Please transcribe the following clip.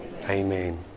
Amen